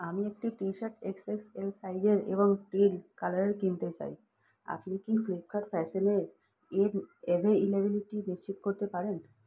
আমি একটি T shirt X X L সাইজের এবং টিল কালারের কিনতে চাই আপনি কি ফ্লিপকার্ট ফ্যাশানে এর এভেইল্যাবিলিটি নিশ্চিত করতে পারেন